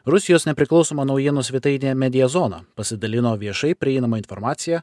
rusijos nepriklausoma naujienų svetainė media zona pasidalino viešai prieinama informacija